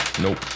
Nope